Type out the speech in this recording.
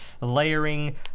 layering